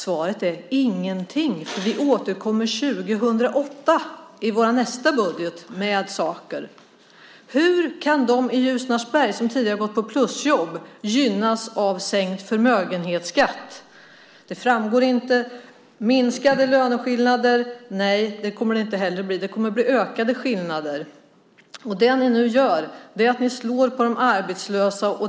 Svaret är: Ingenting, vi återkommer år 2008 i vår nästa budget med saker. Hur kan de i Ljusnarsberg som tidigare haft plusjobb gynnas av sänkt förmögenhetsskatt? Det framgår inte. Det kommer heller inte att bli minskade löneskillnader. Det kommer att bli ökade skillnader. Det ni nu gör är att ni slår på de arbetslösa.